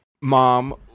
mom